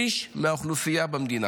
שליש מהאוכלוסייה במדינה.